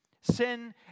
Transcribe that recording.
Sin